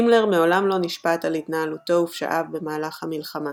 הימלר מעולם לא נשפט על התנהלותו ופשעיו במהלך המלחמה.